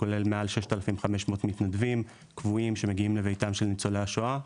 שכולל מעל 6500 מתנדבים קבועים שמגיעים לביתם של ניצולי השואה.